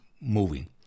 moving